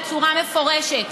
בצורה מפורשת: